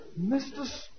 Mr